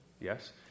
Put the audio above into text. Yes